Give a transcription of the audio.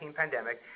pandemic